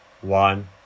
one